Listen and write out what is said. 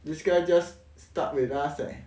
this guy just start with us eh